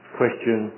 question